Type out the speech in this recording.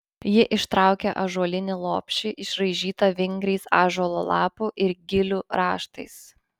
ji ištraukė ąžuolinį lopšį išraižytą vingriais ąžuolo lapų ir gilių raštais